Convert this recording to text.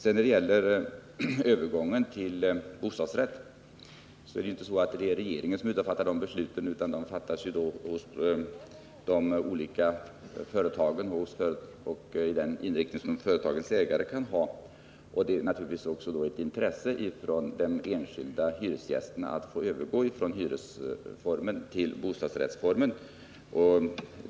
I fråga om övergången till bostadsrätt är det ju inte så att regeringen fattar de besluten, utan de fattas av de olika företagen och i enlighet med den inriktning som företagens ägare kan ha. Det är i sådana fall också ett intresse hos den enskilde hyresgästen att få övergå från hyresrättsformen till bostadsrättsformen.